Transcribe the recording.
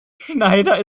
schneider